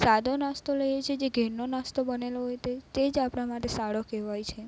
સાદો નાસ્તો લઈએ છીએ જે ઘરનો નાસ્તો બનેલો હતો તે જ આપણા માટે સારો કહેવાય છે